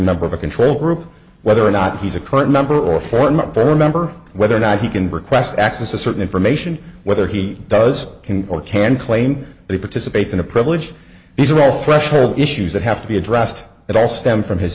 number of a control group whether or not he's a current member or for not per member whether or not he can request access to certain information whether he does can or can claim that participates in a privilege these are all threshold issues that have to be addressed at all stem from his